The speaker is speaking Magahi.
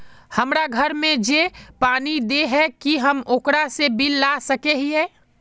हमरा घर में जे पानी दे है की हम ओकरो से बिल ला सके हिये?